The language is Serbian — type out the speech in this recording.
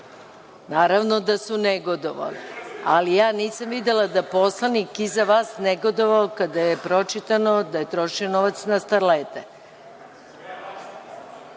Naravno da su negodovali, ali nisam videla da je poslanik iza vas negodovao kada je pročitano da je trošen novac na starlete.